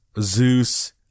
Zeus